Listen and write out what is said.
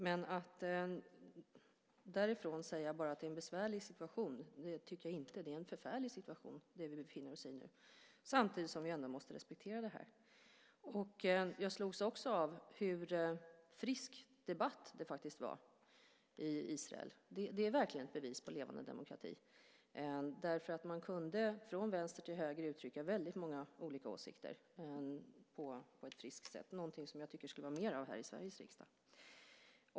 Men att utifrån det bara säga att det är en besvärlig situation tycker jag inte att man kan göra. Det är en förfärlig situation som vi nu befinner oss i, samtidigt som vi ändå måste respektera detta. Jag slogs också av hur frisk debatt det faktiskt var i Israel. Det är verkligen ett bevis på en levande demokrati därför att man från vänster till höger kunde uttrycka väldigt många olika åsikter på ett friskt sätt, något som jag tycker att det skulle vara mer av här i Sveriges riksdag.